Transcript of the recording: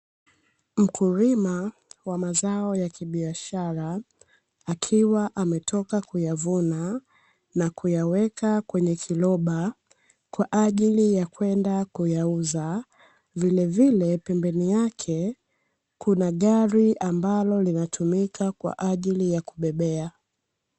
Mkulima wa mazao ya kibiashara akiwa ametoka kuyavuna na kuyaweka kwenye kiroba kwa ajili ya kwenda kuyauza vile vile pembeni yake kuna gari ambalo linatumika kwa ajili ya kubebea.